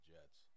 Jets